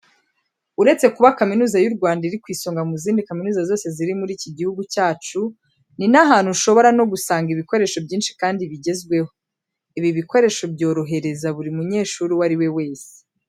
Uretse kuba Kaminuza y'u Rwanda, iri ku isonga mu zindi kaminuza zose ziri muri iki gihugu cyacu, ni n'ahantu ushobora no gusanga ibikoresho byinshi kandi bigezweho. Ibi bikoresho byorohereza buri munyeshuri uwo ari we wese.